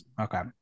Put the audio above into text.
Okay